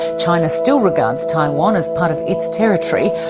china still regards taiwan as part of its territory,